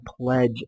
pledge